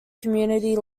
community